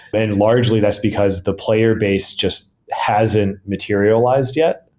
but and largely less because the player base just hasn't materialized yet.